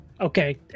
Okay